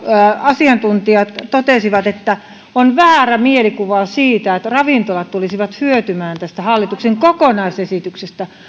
asiantuntijat totesivat että on väärä mielikuva siitä että ravintolat tulisivat hyötymään tästä hallituksen kokonaisesityksestä